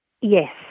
Yes